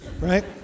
right